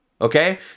Okay